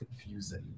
confusing